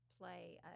play